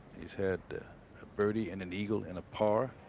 he's had a birdie and an eagle and a par